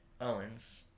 Owens